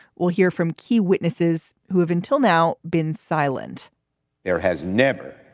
we'll hear from key witnesses who have until now been silent there has never,